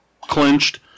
clinched